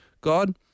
God